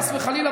חס וחלילה,